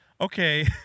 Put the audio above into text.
Okay